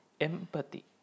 empathy